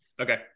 okay